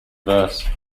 verse